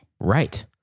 Right